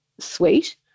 Suite